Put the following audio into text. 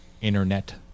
internet